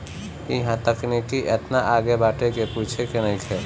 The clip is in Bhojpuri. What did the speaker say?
इहां तकनीकी एतना आगे बाटे की पूछे के नइखे